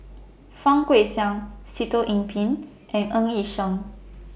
Fang Guixiang Sitoh Yih Pin and Ng Yi Sheng